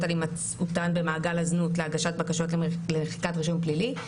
על הימצאותן במעגל הזנות להגשת בקשות למחיקת רישום פלילי.